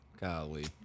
golly